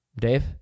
Dave